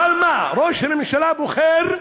אבל מה, ראש הממשלה בוחר,